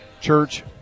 Church